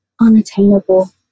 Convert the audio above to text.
unattainable